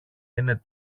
είναι